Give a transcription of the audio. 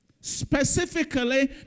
Specifically